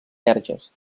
verges